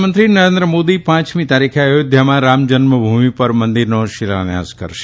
પ્રધાનમંત્રી નરેન્દ્ર મોદી પાંચમી ઓગષ્ટે અયોધ્યામાં રામ જન્મભૂમિ પર મંદીરનો શિલાન્યાસ કરશે